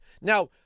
Now